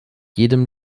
jedem